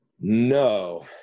No